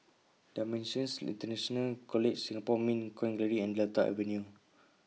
DImensions International College Singapore Mint Coin Gallery and Delta Avenue